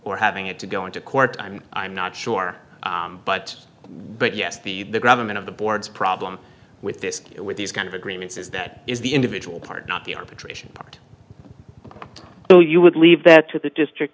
or having it to go into court i'm i'm not sure but but yes the the government of the board's problem with this with these kind of agreements is that is the individual part not the arbitration part so you would leave that to the district